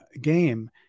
game